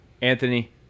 Anthony